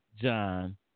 John